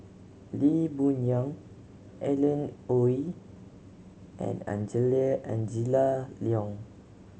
Lee Boon Yang Alan Oei and Angela Liong